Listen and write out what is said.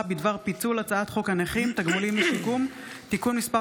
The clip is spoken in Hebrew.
בדבר פיצול הצעת חוק הנכים (תגמולים ושיקום) (תיקון מס'